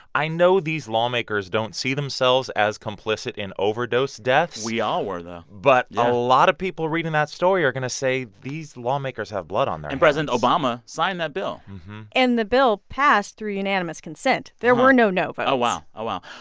i know these lawmakers don't see themselves as complicit in overdose deaths we all were, though but a lot of people reading that story are going to say these lawmakers have blood on their hands and president obama signed that bill and the bill passed through unanimous consent. there were no no votes but oh, wow. oh, wow.